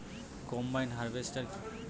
Combine harvester কি?